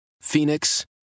Phoenix